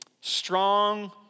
strong